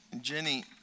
Jenny